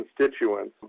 constituents